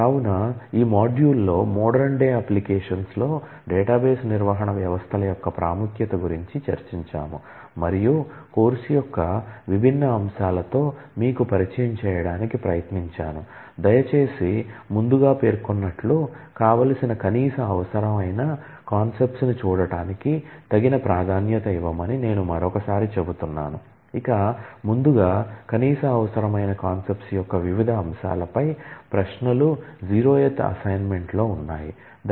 కావున ఈ మాడ్యూల్లో మోడరన్ డే అప్లికేషన్స్ కాదు